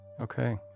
Okay